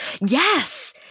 Yes